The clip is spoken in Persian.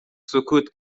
سکوت